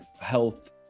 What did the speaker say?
health